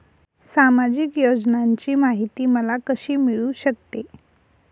सामाजिक योजनांची माहिती मला कशी मिळू शकते?